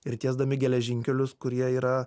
ir tiesdami geležinkelius kurie yra